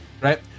Right